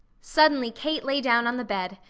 suddenly kate lay down on the bed,